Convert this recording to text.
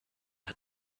had